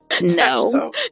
no